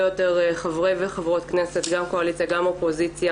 יותר חברי וחברות כנסת גם קואליציה וגם אופוזיציה,